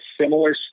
similar